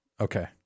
Okay